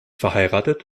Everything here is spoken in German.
verheiratet